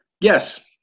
yes